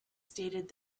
stated